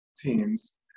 teams